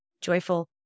joyful